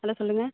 hello சொல்லுங்கள்